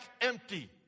empty